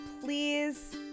please